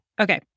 Okay